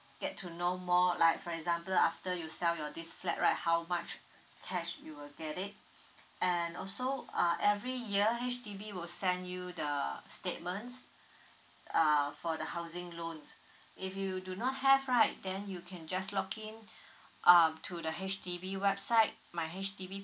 get to know more like for example after you sell your this flat right how much cash you will get it and also uh every year H_D_B will send you the statement err for the housing loan if you do not have right then you can just log in um to the H_D_B website my H_D_B